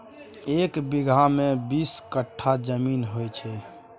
एक बीगहा मे बीस कट्ठा जमीन होइ छै